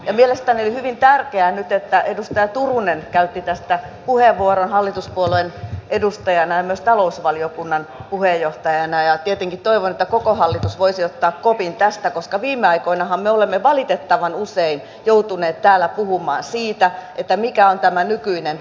ja mielestäni oli hyvin tärkeää nyt että edustaja turunen käytti tästä puheenvuoron hallituspuolueen edustajana ja myös talousvaliokunnan puheenjohtajana ja tietenkin toivon että koko hallitus voisi ottaa kopin tästä koska viime aikoinahan me olemme valitettavan usein joutuneet täällä puhumaan siitä mikä on tämä nykyinen aluepolitiikka